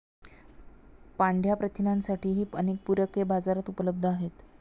पांढया प्रथिनांसाठीही अनेक पूरके बाजारात उपलब्ध आहेत